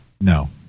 No